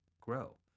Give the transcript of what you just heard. grow